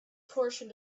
portion